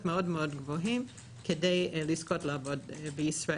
מאוד-מאוד גבוהים כדי לזכות לעבוד בישראל.